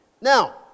Now